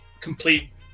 complete